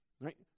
Right